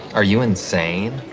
are you insane?